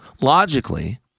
Logically